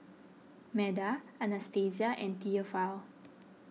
Meda Anastasia and theophile